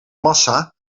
massa